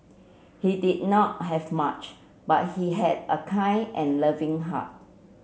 he did not have much but he had a kind and loving heart